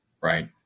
right